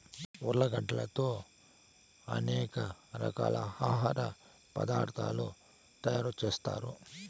ఉర్లగడ్డలతో అనేక రకాల ఆహార పదార్థాలు తయారు చేత్తారు